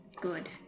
Good